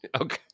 Okay